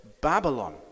Babylon